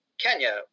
Kenya